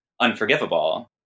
unforgivable